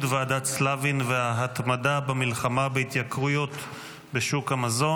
ועדת סלבין וההתמדה במלחמה בהתייקרויות בשוק המזון.